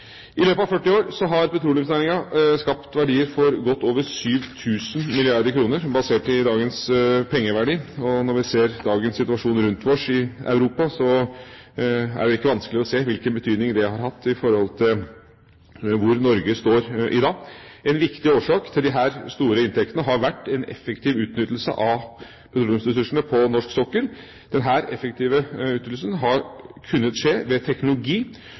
I løpet av 40 år har petroleumsnæringen skapt verdier for godt over 7 000 mrd. kr, basert på dagens pengeverdi. Og når vi ser på dagens situasjon rundt om i Europa, er det ikke vanskelig å se hvilken betydning det har hatt med hensyn til hvor Norge står i dag. En viktig årsak til disse store inntektene har vært en effektiv utnyttelse av petroleumsressursene på norsk sokkel. Denne effektive utnyttelsen har kunnet skje ved teknologi